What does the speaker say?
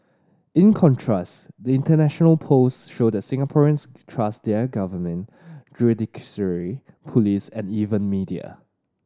in contrast the international polls show that Singaporeans trust their government judiciary police and even media